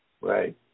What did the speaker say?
right